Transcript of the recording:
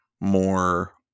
more